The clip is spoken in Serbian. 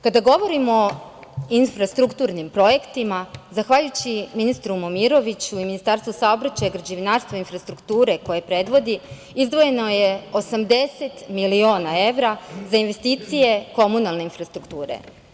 Kada govorimo o infrastrukturnim projektima, zahvaljujući ministru Momiroviću i Ministarstvu saobraćaja, građevinarstva i infrastrukture koje predvodi, izdvojeno je 80 miliona evra za investicije komunalne infrastrukture.